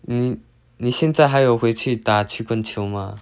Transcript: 你你现在还有回去打曲棍球吗